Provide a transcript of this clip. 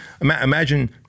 imagine